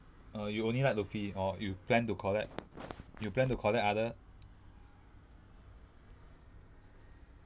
err you only like luffy or you plan to collect you plan to collect other